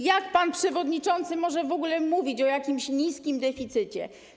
Jak pan przewodniczący może w ogóle mówić o niskim deficycie?